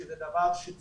שזה דבר שצריך,